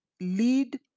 lead